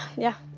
yeah,